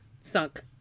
sunk